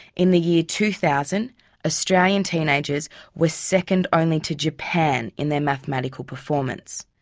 in the year two thousand australian teenagers were second only to japan in their mathematical performance.